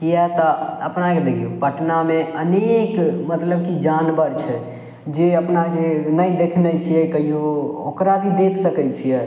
किआ तऽ अपनाके देखियौ पटनामे अनेक मतलब की जानवर छै जे अपनाके नहि देखने छियै कहियो ओकरा भी देख सकय छियै